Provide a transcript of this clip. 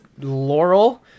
Laurel